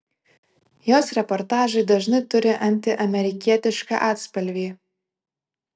jos reportažai dažnai turi antiamerikietišką atspalvį